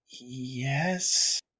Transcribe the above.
yes